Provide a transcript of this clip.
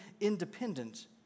independent